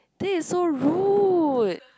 that's so rude